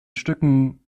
stücken